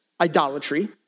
idolatry